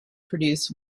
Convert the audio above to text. produce